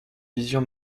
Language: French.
vision